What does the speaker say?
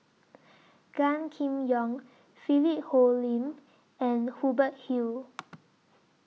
Gan Kim Yong Philip Hoalim and Hubert Hill